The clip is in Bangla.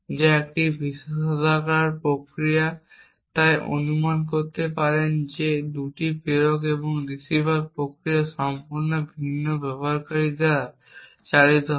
যা একটি বিশেষাধিকার প্রক্রিয়া তাই আপনি অনুমান করতে পারেন যে এই 2টি প্রেরক এবং রিসিভার প্রক্রিয়া সম্পূর্ণ ভিন্ন ব্যবহারকারীদের দ্বারা চালিত হয়